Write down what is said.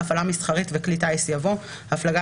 "הפעלה מסחרית" ו"כלי טיס" יבוא: ""הפלגה